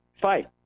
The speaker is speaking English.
fight